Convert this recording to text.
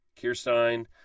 Kirstein